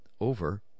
over